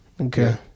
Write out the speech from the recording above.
okay